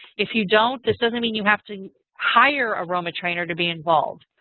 if you don't, this doesn't mean you have to hire a roma trainer to be involved.